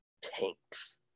tanks